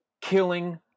killing